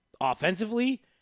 Offensively